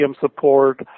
support